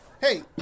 Hey